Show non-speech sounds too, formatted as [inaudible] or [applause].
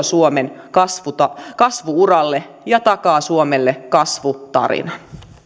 [unintelligible] suomen kasvu uralle ja takaa suomelle kasvutarinan